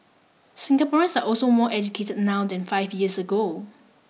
Singaporeans are also more educated now than five years ago